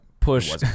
Push